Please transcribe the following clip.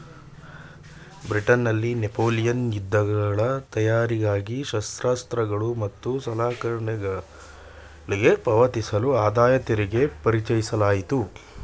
ಬ್ರಿಟನ್ನಲ್ಲಿ ನೆಪೋಲಿಯನ್ ಯುದ್ಧಗಳ ತಯಾರಿಗಾಗಿ ಶಸ್ತ್ರಾಸ್ತ್ರಗಳು ಮತ್ತು ಸಲಕರಣೆಗಳ್ಗೆ ಪಾವತಿಸಲು ಆದಾಯತೆರಿಗೆ ಪರಿಚಯಿಸಲಾಯಿತು